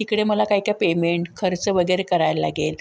तिकडे मला काय काय पेमेंट खर्च वगैरे करायला लागेल